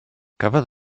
cafodd